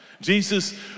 Jesus